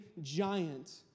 giant